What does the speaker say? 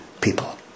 people